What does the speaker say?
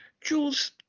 Jules